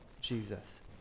Jesus